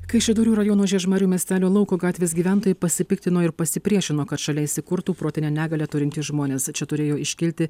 kaišiadorių rajono žiežmarių miestelio lauko gatvės gyventojai pasipiktino ir pasipriešino kad šalia įsikurtų protinę negalią turintys žmonės čia turėjo iškilti